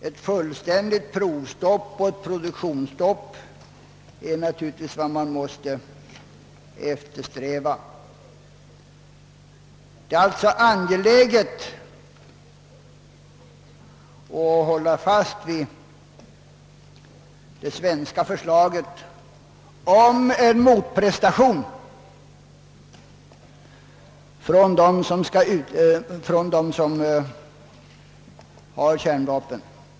Ett fullständigt produktionsoch provstopp är vad man måste eftersträva. Det är alltså angeläget att hålla fast vid det svenska förslaget om en motprestation av dem som har kärnvapen.